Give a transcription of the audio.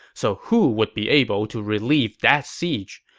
so who would be able to relieve that siege?